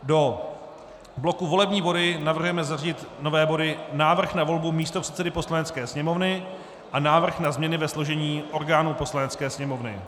Do bloku volební body navrhujeme zařadit nové body: Návrh na volbu místopředsedy Poslanecké sněmovny a Návrh na změny ve složení orgánů Poslanecké sněmovny.